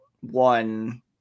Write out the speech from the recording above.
one